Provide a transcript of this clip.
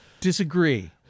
disagree